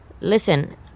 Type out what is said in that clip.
Listen